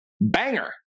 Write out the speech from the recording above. banger